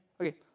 Okay